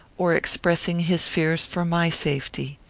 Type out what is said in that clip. or expressing his fears for my safety.